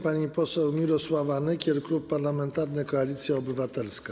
Pani poseł Mirosława Nykiel, Klub Parlamentarny Koalicja Obywatelska.